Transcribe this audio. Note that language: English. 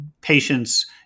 patients